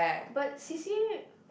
but C_C_A